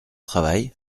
travail